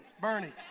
Bernie